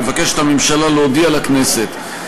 הממשלה מבקשת להודיע לכנסת,